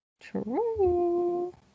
True